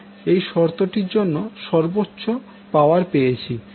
এখন আমরা এই শর্তটির জন্য সর্বচ্চো পাওয়ার পেয়েছি